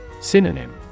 Synonym